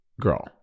girl